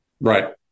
right